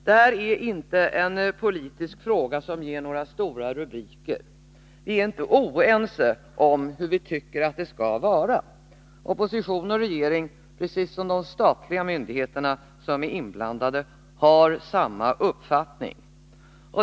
Detta är inte en politisk fråga som ger några stora rubriker. Vi är inte ens oense om hur vi tycker att det skall vara. Opposition och regering liksom de statliga myndigheter som är inblandade har samma uppfattning.